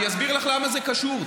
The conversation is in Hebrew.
למה זה קשור?